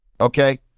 okay